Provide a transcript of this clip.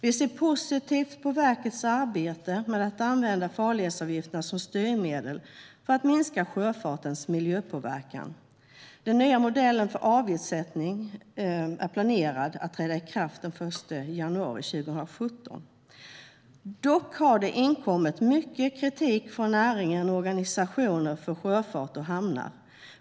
Vi ser positivt på verkets arbete med att använda farledsavgifterna som styrmedel för att minska sjöfartens miljöpåverkan. Den nya modellen för avgiftssättning är planerad att träda i kraft den 1 januari 2017. Dock har det inkommit mycket kritik från näringen och organisationer för sjöfart och hamnar.